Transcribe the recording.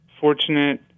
fortunate